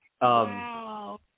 Wow